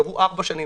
קבעו ארבע שנים,